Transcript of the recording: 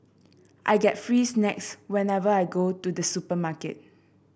I get free snacks whenever I go to the supermarket